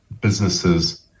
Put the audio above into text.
businesses